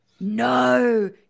No